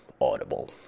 audible